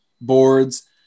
boards